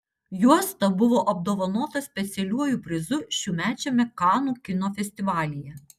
juosta buvo apdovanota specialiuoju prizu šiųmečiame kanų kino festivalyje